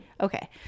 Okay